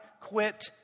quit